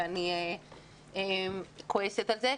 ואני כועסת על זה.